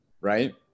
right